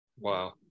Wow